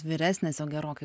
vyresnės jau gerokai